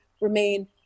remain